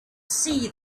see